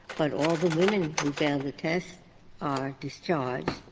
but all the women who failed the test are discharged,